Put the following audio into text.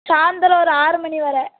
சாயந்தரம் ஒரு ஆறு மணி வரை